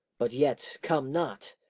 but yet come not.